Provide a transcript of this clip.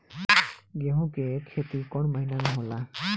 गेहूं के खेती कौन महीना में होला?